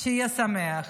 שיהיה שמח.